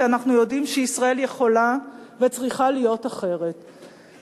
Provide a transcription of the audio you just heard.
כי אנחנו יודעים שישראל יכולה וצריכה להיות אחרת,